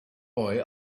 boy